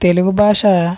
తెలుగు భాష